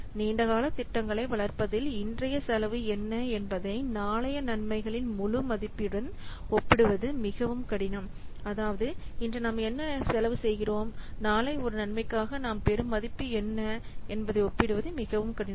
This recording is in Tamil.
நீண்ட கால திட்டங்களை வளர்ப்பதில் இன்றைய செலவு என்ன என்பதை நாளைய நன்மைகளின் முழு மதிப்புடன் ஒப்பிடுவது மிகவும் கடினம் அதாவது இன்று நாம் என்ன செலவு செய்கிறோம் நாளை ஒரு நன்மைக்காக நாம் பெறும் மதிப்பு என்ன என்பதை ஒப்பிடுவது மிகவும் கடினம்